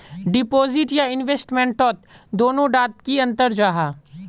Deposit या investment तोत दोनों डात की अंतर जाहा?